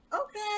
Okay